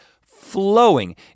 flowing